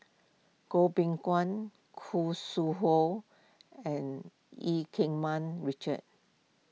Goh Beng Kwan Khoo Sui Hoe and Eu Keng Mun Richard